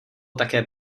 také